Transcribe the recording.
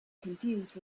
confused